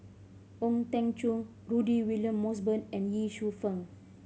Ong Teng Cheong Rudy William Mosbergen and Ye Shufang